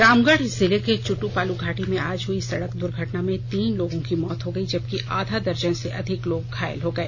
रामगढ़ जिले के चुटुपालू घाटी में आज हई सड़क दूर्घटना में तीन लोगों की मौत हो गयी जबकि आधा दर्जन से अधिक लोग घायल हो गए